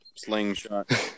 slingshot